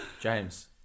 James